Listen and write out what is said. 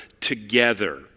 together